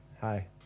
Hi